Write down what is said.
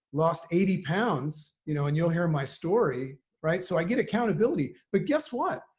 lost eighty pounds, you know, and you'll hear my story. right. so i get accountability. but guess what?